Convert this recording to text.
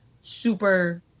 super